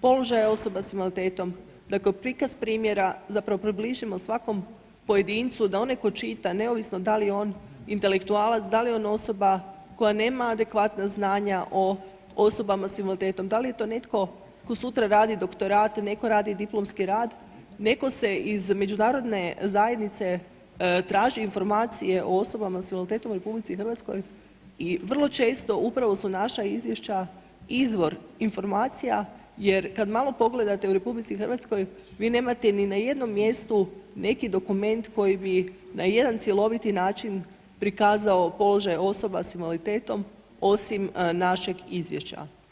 položaja osoba s invaliditetom, da kao prikaz primjera zapravo približimo svakom pojedincu, da onaj tko čita, neovisno da li je on intelektualac, da li je on osoba koja nema adekvatna znanja o osobama s invaliditetom, da li je to netko tko sutra radi doktorate, netko radi diplomski rad, netko se iz međunarodne zajednice traži informacije o osobama s invaliditetom u RH i vrlo često upravo su naša izvješća izvor informacija jer kad malo pogledate u RH vi nemate ni na jednom mjestu neki dokument koji bi na jedan cjeloviti način prikazao položaj osoba s invaliditetom osim našeg izvješća.